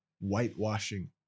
whitewashing